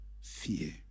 fear